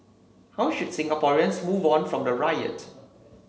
how should Singaporeans move on from the riot